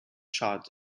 charred